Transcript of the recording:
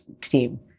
team